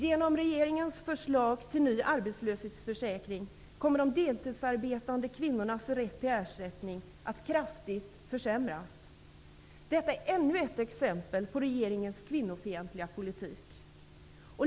Genom regeringens förslag till ny arbetslöshetsförsäkring kommer de deltidsarbetande kvinnornas rätt till ersättning att kraftigt försämras. Detta är ännu ett exempel på regeringens kvinnofientliga politik.